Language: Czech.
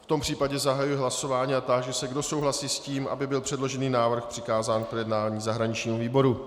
V tom případě zahajuji hlasování a táži se, kdo souhlasí s tím, aby byl předložený návrh přikázán k projednání zahraničnímu výboru.